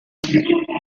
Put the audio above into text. quem